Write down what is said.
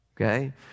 Okay